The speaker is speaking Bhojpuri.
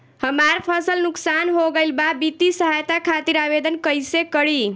हमार फसल नुकसान हो गईल बा वित्तिय सहायता खातिर आवेदन कइसे करी?